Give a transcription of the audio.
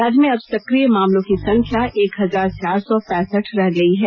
राज्य में अब सक्रिय मामलों की संख्या एक हजार चार सौ पैसठ रह गई है